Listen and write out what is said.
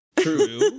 True